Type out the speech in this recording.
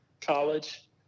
college